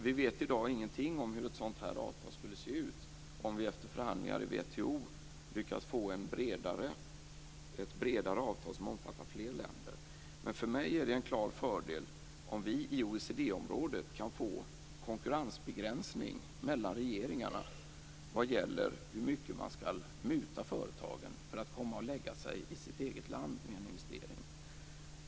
Vi vet i dag ingenting om hur ett sådant här avtal skulle se ut om vi efter förhandlingar i WTO lyckas få ett bredare avtal som omfattar fler länder. För mig är det en klar fördel om vi i OECD-området kan få konkurrensbegränsningar mellan regeringarna vad gäller hur mycket man skall muta företagen för att de skall göra en investering i sitt eget land.